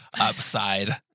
upside